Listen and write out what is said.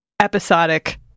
episodic